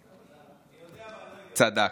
אני יודע ואני לא אגלה, צדקת,